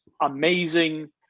amazing